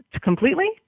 completely